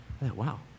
Wow